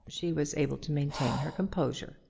she was able to maintain her composure.